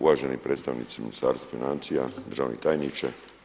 Uvaženi predstavnici Ministarstva financija, državni tajniče.